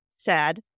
Sad